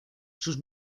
sus